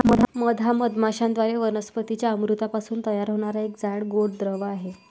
मध हा मधमाश्यांद्वारे वनस्पतीं च्या अमृतापासून तयार होणारा एक जाड, गोड द्रव आहे